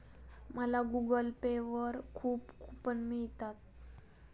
मला Google Pay वर खूप कूपन मिळतात